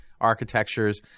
architectures